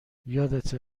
یادته